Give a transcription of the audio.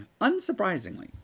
Unsurprisingly